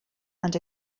and